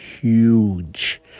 huge